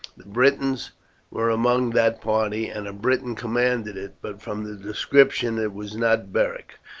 the britons were among that party, and a briton commanded it but from the description it was not beric,